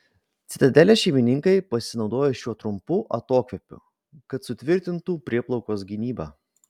citadelės šeimininkai pasinaudojo šiuo trumpu atokvėpiu kad sutvirtintų prieplaukos gynybą